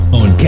on